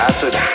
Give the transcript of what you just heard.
Acid